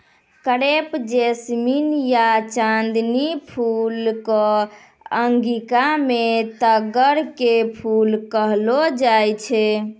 crepe jasmine या चांदनी फूल कॅ अंगिका मॅ तग्गड़ के फूल कहलो जाय छै